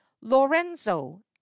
lorenzo